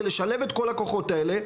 זה לשלב את כל הכוחות האלה,